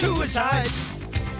Suicide